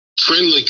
friendly